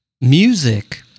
music